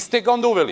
Vi ste ga onda uveli.